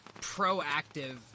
proactive